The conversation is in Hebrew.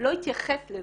לא התייחס לזה.